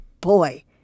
boy